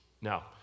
Now